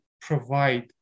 provide